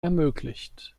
ermöglicht